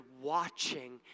watching